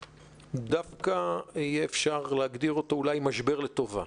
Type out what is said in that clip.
דווקא יהיה אפשר להגדיר אותו אולי כמשבר לטובה,